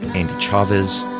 andy chavez,